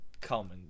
common